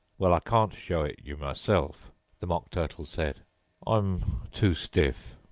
well, i can't show it you myself the mock turtle said i'm too stiff.